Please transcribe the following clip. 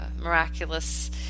miraculous